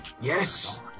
Yes